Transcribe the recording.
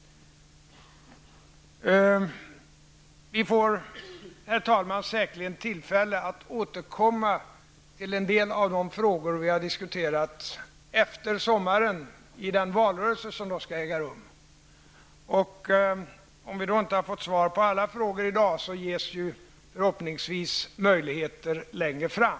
Vi får, herr talman, säkert tillfälle att återkomma till en del av de frågor som vi har diskuterat i dag efter sommaren i den valrörelse som skall äga rum. Om vi inte har kunnat få svar på alla frågor i dag ges förhoppningsvis möjligheter till det längre fram.